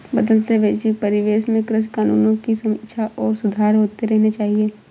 बदलते वैश्विक परिवेश में कृषि कानूनों की समीक्षा और सुधार होते रहने चाहिए